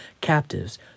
captives